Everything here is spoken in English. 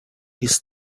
his